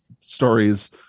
stories